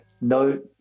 no